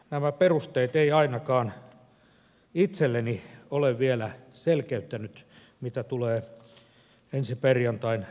nämä perusteet eivät ainakaan itselleni ole vielä selkeyttäneet mitä tulee ensi perjantain äänestykseen